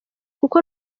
kuko